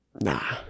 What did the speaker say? Nah